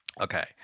Okay